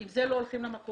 עם זה לא הולכים למכולת.